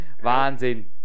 Wahnsinn